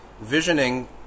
visioning